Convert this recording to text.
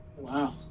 Wow